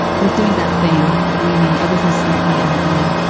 he was doing that thing, leaning ever so slightly on air.